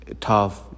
tough